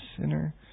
sinner